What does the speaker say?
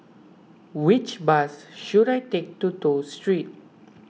which bus should I take to Toh Street